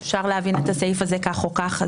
אפשר להבין את הסעיף הזה כך או כך.